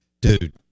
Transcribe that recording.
Dude